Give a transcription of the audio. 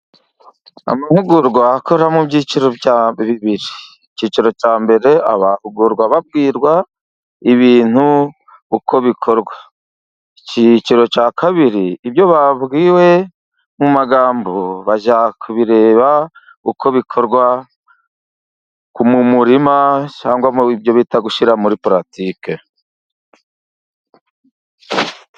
Amahugurwa akora mu byiciro bibiri icyiciro cya mbere abahugurwa babwirwa ibintu uko bikorwa, icyiciro cya kabiri ibyo babwiwe mu magambo bajya kubireba uko bikorwa , mu muririma cyangwa ibyo bita gushyira muri puratike.